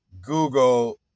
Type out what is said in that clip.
google